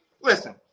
listen